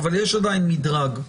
יש עדין מדרג.